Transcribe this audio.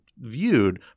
viewed